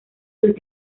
sus